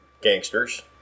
gangsters